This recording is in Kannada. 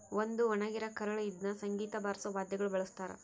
ಒಂದು ಒಣಗಿರ ಕರಳು ಇದ್ನ ಸಂಗೀತ ಬಾರ್ಸೋ ವಾದ್ಯಗುಳ ಬಳಸ್ತಾರ